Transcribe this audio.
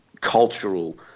cultural